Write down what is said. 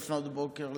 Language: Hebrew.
לפנות בוקר,